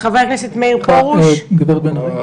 חבר הכנסת מאיר פרוש, בבקשה.